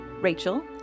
Rachel